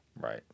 Right